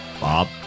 Bob